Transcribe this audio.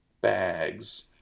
bags